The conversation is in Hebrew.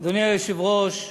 אדוני היושב-ראש,